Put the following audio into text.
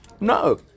no